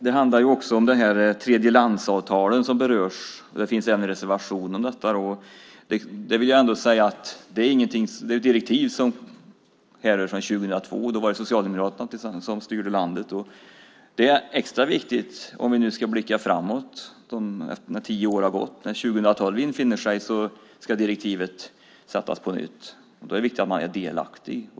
Det handlar också om tredjelandsavtalen som berörs, och det finns en reservation om detta. Jag vill ändå säga att det direktiv som finns härrör från 2002, och då var det Socialdemokraterna som styrde landet. Det är extra viktigt om vi nu ska blicka framåt. När tio år har gått 2012 ska direktivet beslutas om på nytt. Då är det viktigt att man är delaktig.